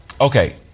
Okay